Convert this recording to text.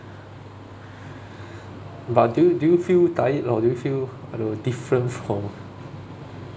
but do you do you feel tired or do you feel I don't know different from